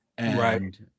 Right